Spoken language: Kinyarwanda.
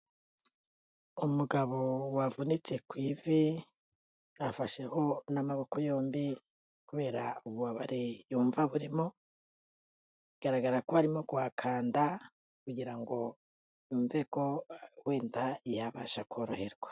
Umugabo wavunitse ku ivi, afasheho n'amaboko yombi, kubera ububabare yumva burimo, bigaragara ko arimo guhakanda, kugira ngo yumve ko wenda yababasha koroherwa.